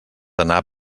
anar